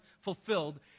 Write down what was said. fulfilled